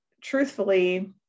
truthfully